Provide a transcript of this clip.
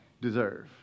deserve